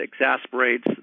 exasperates